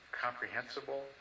Comprehensible